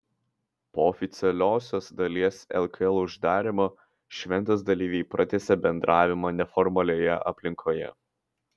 po oficialiosios dalies lkl uždarymo šventės dalyviai pratęsė bendravimą neformalioje aplinkoje